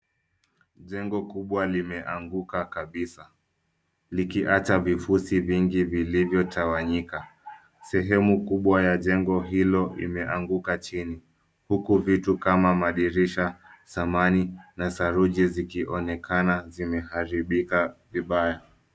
Jengo kubwa limeanguka kabisa, ikiacha vifusi vingi vilivyotawanyika. Sehemu kubwa ya jengo hilo imeanguka chini, huku vitu kama madirisha ,samani na saruji zikionekana zimeharibika vibaya.